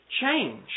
change